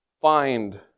find